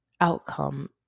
outcome